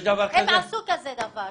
הם עשו כזה דבר.